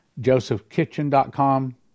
JosephKitchen.com